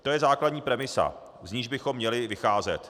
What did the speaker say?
To je základní premisa, z níž bychom měli vycházet.